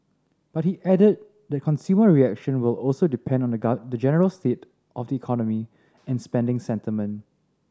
but he added that consumer reaction will also depend on the general state of the economy and spending sentiment